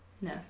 No